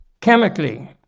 chemically